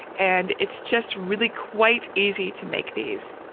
and it's just really quite easy to make these.